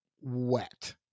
wet